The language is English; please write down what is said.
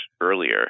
earlier